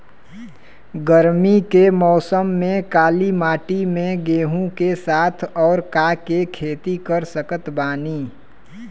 गरमी के मौसम में काली माटी में गेहूँ के साथ और का के खेती कर सकत बानी?